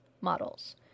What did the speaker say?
models